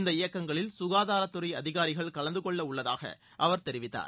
இந்த இயக்கங்களில் சுகாதாரத்துறை அதிகாரிகள் கலந்து கொள்ள உள்ளதாக அவர் தெரிவித்தார்